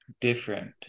different